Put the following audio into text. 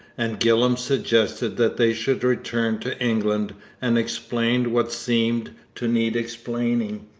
and gillam suggested that they should return to england and explain what seemed to need explaining.